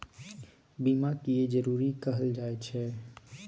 बीमा किये जरूरी कहल जाय छै?